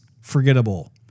forgettable